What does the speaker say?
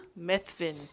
Methvin